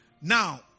Now